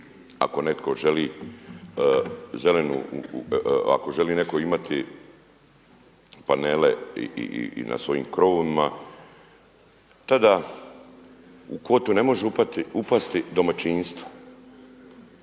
ako netko želi zelenu, ako želi netko imati panele i na svojim krovovima tada u kvotu ne može upasti domaćinstva